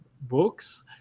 books